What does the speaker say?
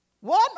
One